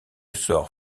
sort